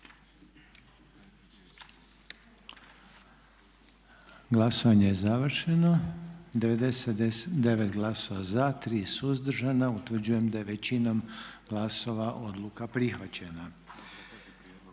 Glasovanje je završeno. 98 glasova za, 2 suzdržana i 1 protiv. Utvrđujem da je većinom glasova donesen